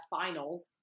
finals